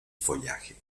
follaje